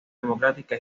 democrática